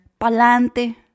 pa'lante